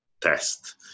test